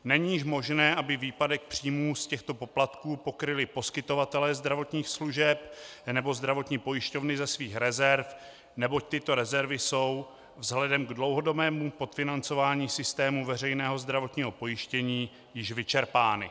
Není již možné, aby výpadek příjmů z těchto poplatků pokryli poskytovatelé zdravotních služeb nebo zdravotní pojišťovny ze svých rezerv, neboť tyto rezervy jsou vzhledem k dlouhodobému podfinancování systému veřejného zdravotního pojištění již vyčerpány.